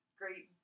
great